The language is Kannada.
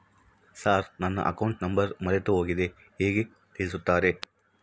ಸರ್ ನನ್ನ ಅಕೌಂಟ್ ನಂಬರ್ ಮರೆತುಹೋಗಿದೆ ಹೇಗೆ ತಿಳಿಸುತ್ತಾರೆ?